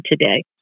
today